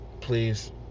please